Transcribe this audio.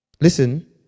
Listen